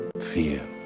Fear